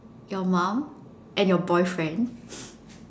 your mom and your boyfriend